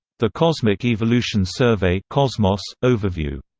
the cosmic evolution survey cosmos overview.